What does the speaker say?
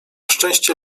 szczęście